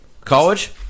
college